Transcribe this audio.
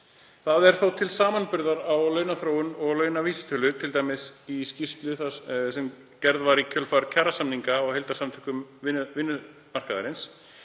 Það er þó til samanburður á launaþróun og launavísitölu, t.d. í skýrslu sem gerð var í kjölfar kjarasamninga af heildarsamtökum vinnumarkaðarins.